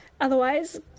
Otherwise